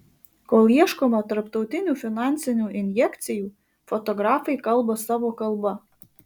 kol ieškoma tarptautinių finansinių injekcijų fotografai kalba savo kalba